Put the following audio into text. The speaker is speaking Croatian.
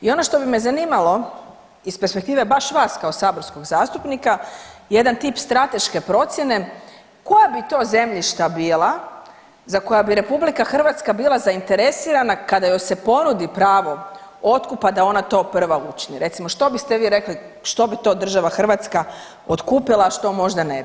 I ono što bi me zanimalo iz perspektive baš vas kao saborskog zastupnika jedan tip strateške procjene koja bi to zemljišta bila za koja bi RH bila zainteresirana kada joj se ponudi pravo otkupa da ona to prva učini, recimo što biste vi rekli što bi to država Hrvatska otkupila, a što možda ne bi?